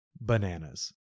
bananas